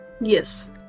yes